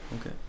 okay